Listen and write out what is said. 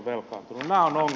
nämä ovat ongelmat